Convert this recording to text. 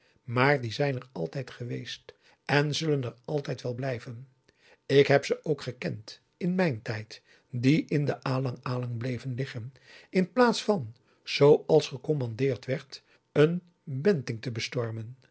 maar die zijn er altijd geweest en zullen er altijd wel blijven ik heb ze ook gekend in mijn tijd die in de a l a n g a l a n g bleven liggen in plaats van zooals gecommandeerd werd een benting te bestormen